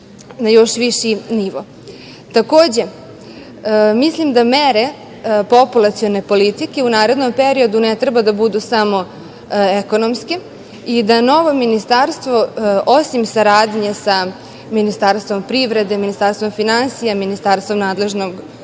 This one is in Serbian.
na još viši nivo. Takođe, mislim da mere populacione politike u narednom periodu ne treba da budu samo ekonomske i da novo ministarstvo, osim saradnje sa Ministarstvom privrede, Ministarstvom finansija, ministarstva nadležnog